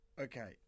okay